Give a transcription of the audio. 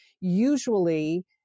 Usually